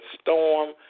storm